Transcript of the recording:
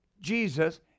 Jesus